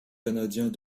canadiens